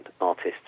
artists